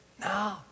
no